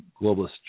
globalist